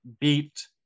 beat